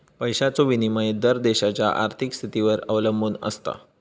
पैशाचो विनिमय दर देशाच्या आर्थिक स्थितीवर अवलंबून आसता